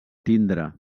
tindre